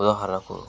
ఉదాహరణకు